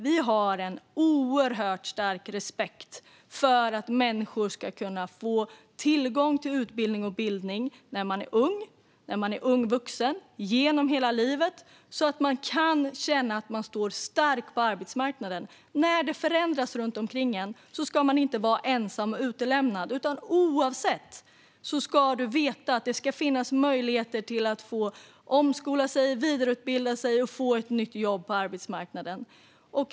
Vi har en oerhört stark respekt för att människor ska kunna få tillgång till utbildning och bildning - när man är ung, när man är ung vuxen och genom hela livet - så att man kan känna att man står stark på arbetsmarknaden. När det förändras runt omkring en ska man inte vara ensam och utlämnad. Oavsett bakgrund ska man veta att det finns möjlighet att omskola sig, vidareutbilda sig och få ett nytt jobb på arbetsmarknaden.